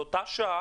באותה שעה,